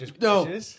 No